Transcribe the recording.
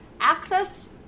Access